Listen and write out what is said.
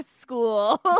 school